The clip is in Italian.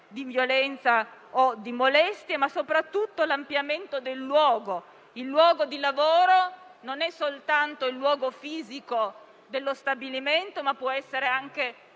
di violenza o di molestie, ma soprattutto del luogo: quello di lavoro non è soltanto il luogo fisico dello stabilimento, ma può essere anche